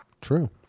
True